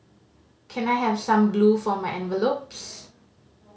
can I have some glue for my envelopes